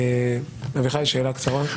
אביחי, שאלה קצרה.